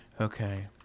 Okay